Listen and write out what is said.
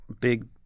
big